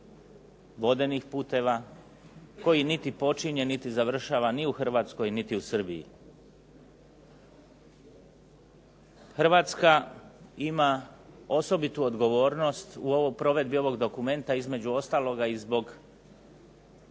Hrvatska ima osobitu odgovornost u provedbi ovog Dokumenta, između ostaloga zbog